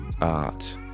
art